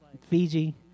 Fiji